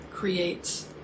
creates